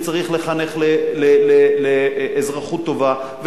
וצריך לחנך לאזרחות טובה,